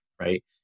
right